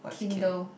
kindle